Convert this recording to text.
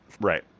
Right